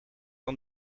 van